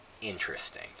interesting